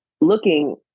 looking